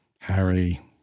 Harry